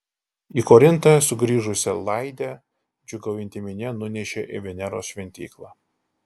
į korintą sugrįžusią laidę džiūgaujanti minia nunešė į veneros šventyklą